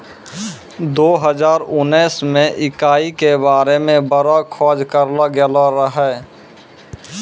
दो हजार उनैस मे इकाई के बारे मे बड़ो खोज करलो गेलो रहै